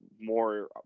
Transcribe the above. more